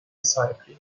sahipliği